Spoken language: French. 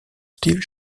steve